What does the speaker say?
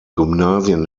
gymnasien